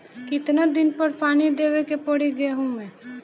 कितना दिन पर पानी देवे के पड़ी गहु में?